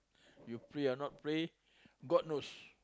you pray or not pray god knows